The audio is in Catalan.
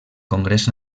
congrés